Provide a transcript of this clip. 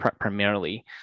primarily